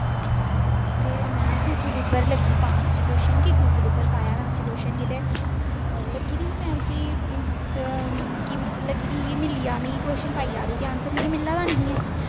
फिर में गुगल उप्पर में लग्गी पाह्न उस कोशन गी गुगल उप्पर पाया में कोशन गी ते लग्गी दी ही में कि लग्गी दी ही मिली जाए ते आनसर मिगी मिली जाए